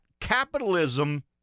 capitalism